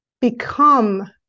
become